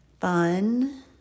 fun